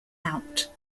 out